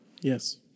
Yes